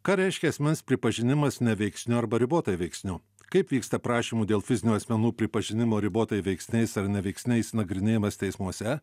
ką reiškia asmens pripažinimas neveiksniu arba ribotai veiksniu kaip vyksta prašymų dėl fizinių asmenų pripažinimo ribotai veiksniais ar neveiksniais nagrinėjimas teismuose